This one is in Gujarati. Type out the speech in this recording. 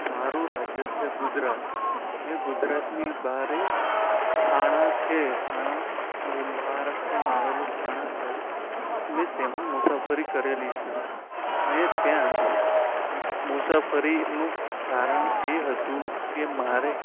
મારું રાજ્ય છે ગુજરાત મેં ગુજરાતની બહારે થાણા છે થાણા મુમ મહારાષ્ટ્રમાં આવેલું થાણા છે મેં તેમાં મુસાફરી કરેલી છે મેં ત્યાં મુસાફરીનુ કારણ એ હતું કે મારે